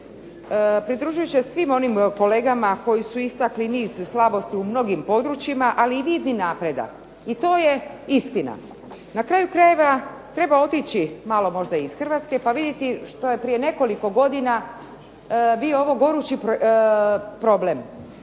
pridružujući se svim onim kolegama koji su istakli niz slabosti u mnogim područjima, ali i vidni napredak i to je istina. Na kraju krajeva, treba otići malo možda i iz Hrvatske pa vidjeti što je prije nekoliko godina bio ovo gorući problem.